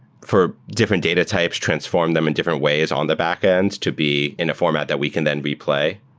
for different data types, transform them in different ways on the backend to be in a format that we can then replay.